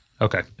Okay